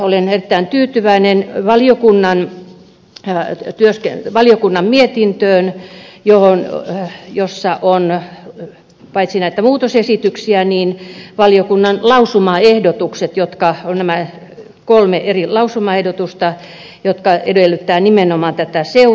olen erittäin tyytyväinen valiokunnan mietintöön jossa on paitsi näitä muutosesityksiä myös valiokunnan lausumaehdotukset nämä kolme eri lausumaehdotusta jotka edellyttävät nimenomaan seurantaa laajastikin